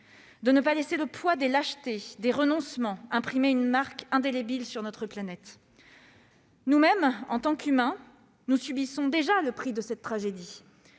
de ne pas laisser le poids des lâchetés et des renoncements imprimer une marque indélébile sur notre planète. Nous-mêmes, en tant qu'humains, subissons déjà le prix de cette tragédie.